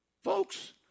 Folks